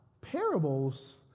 parables